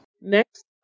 Next